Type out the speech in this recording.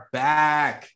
back